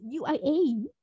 UIA